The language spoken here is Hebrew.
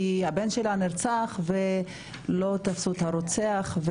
כי הבן שלה נרצח ולא תפסו את הרוצח.